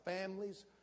families